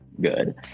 good